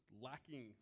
lacking